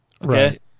Right